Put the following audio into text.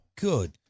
Good